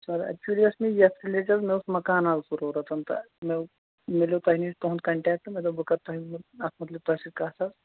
سَر actually ٲس مےٚ یَتھ رِلیٹِڈ مےٚ اوس مکان اکھ ضروٗرت تہٕ مےٚ میلیٚو تۄہہِ تہُنٛد کَنٹیکٹ مےٚ دوٚپ بہٕ کَرٕ تۄہہِ اَتھ مُتعلِق تۄہہِ سۭتۍ کَتھ حظ